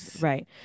right